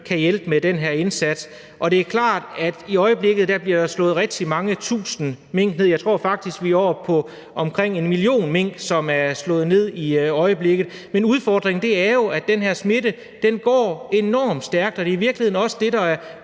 kan hjælpe med den indsats. Det er klart, at i øjeblikket bliver der slået mange tusind mink ned – jeg tror faktisk, vi er oppe på omkring en million mink, som er slået ned i øjeblikket – men udfordringen er jo, at den her smitte går enormt stærkt, og det er i virkeligheden også det, der er